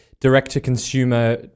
direct-to-consumer